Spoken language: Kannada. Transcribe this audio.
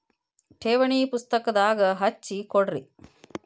ಠೇವಣಿ ಪುಸ್ತಕದಾಗ ಹಚ್ಚಿ ಕೊಡ್ರಿ